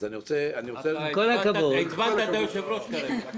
אז אני רוצה --- עם כל הכבוד --- עצבנת את היושב-ראש כרגע.